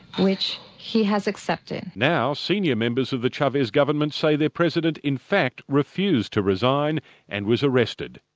which he has accepted. now, senior members of the chavez government say their president in fact refused to resign and was arrested.